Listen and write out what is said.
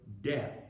death